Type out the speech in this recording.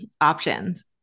options